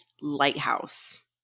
lighthouse